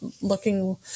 looking